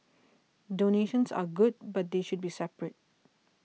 donations are good but they should be separate